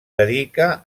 dedica